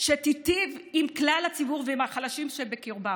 שתיטיב עם כלל הציבור ועם החלשים שבקרבה.